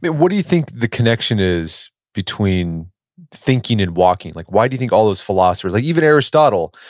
but what do you think the connection is between thinking and walking? like why do you think all those philosophers, like even aristotle,